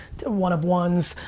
one of ones,